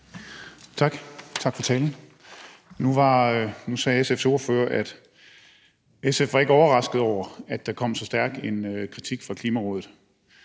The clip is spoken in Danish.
Tak. Tak for talen. Nu sagde SF's ordfører, at SF ikke var overrasket over, at der kom så stærk en kritik fra Klimarådet.